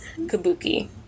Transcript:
kabuki